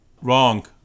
Wrong